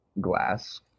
glass